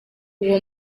uwo